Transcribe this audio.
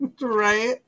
right